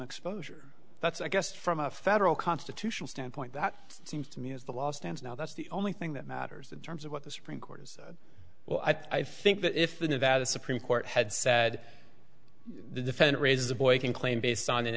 exposure that's i guess from a federal constitutional standpoint that seems to me as the law stands now that's the only thing that matters in terms of what the supreme court has said well i think that if the nevada supreme court had said the defendant raised the boy can claim based on